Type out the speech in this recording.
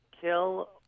kill